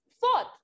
Fourth